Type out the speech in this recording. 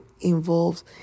involves